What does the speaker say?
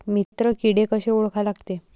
मित्र किडे कशे ओळखा लागते?